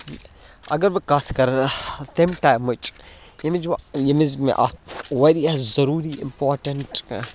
اَگر بہٕ کَتھ کَرٕ تَمہِ ٹایمٕچ ییٚمِچ بہٕ ییٚمہِ وِزِ مےٚ اَکھ واریاہ ضٔروٗری اِمپاٹنٛٹ